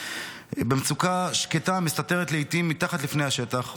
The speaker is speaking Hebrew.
במצוקה שקטה המסתתרת לעיתים מתחת לפני השטח,